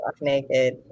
naked